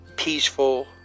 Peaceful